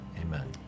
Amen